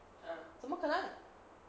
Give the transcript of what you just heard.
怎么可能